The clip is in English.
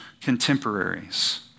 contemporaries